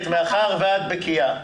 מאחר ואת בקיאה,